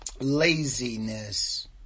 laziness